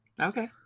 Okay